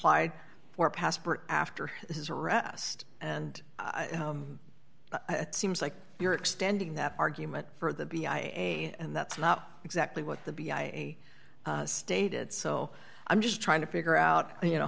plied for a passport after his arrest and it seems like you're extending that argument for the b i a and that's not exactly what the b i stated so i'm just trying to figure out you know